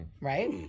Right